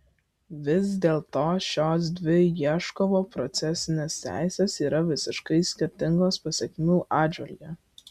vis dėlto šios dvi ieškovo procesinės teisės yra visiškai skirtingos pasekmių atžvilgiu